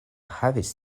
havis